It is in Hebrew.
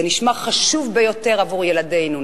זה נשמע חשוב ביותר עבור ילדינו,